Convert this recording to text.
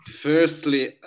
Firstly